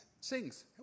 Sings